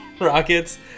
Rockets